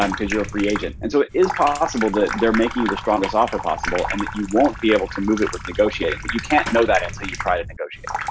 um cause you're a free agent and so it is possible that they're making you the strongest offer possible and that you won't be able to move it with negotiating but you can't know that until you try to negotiate.